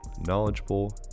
knowledgeable